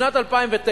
בשנת 2009,